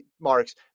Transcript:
marks